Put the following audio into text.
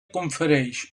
confereix